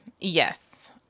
Yes